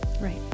right